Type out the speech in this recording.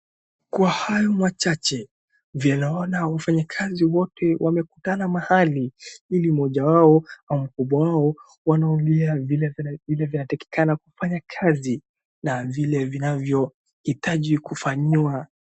Kwa hayo machache, vile naona wafanyakazi wote wamekutana mahali ili mmoja wao au mkubwa wao wanaongea vile vinavyotakikana kufanywa kazi na vile vinavyohitaji kufanywa.